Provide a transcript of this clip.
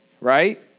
right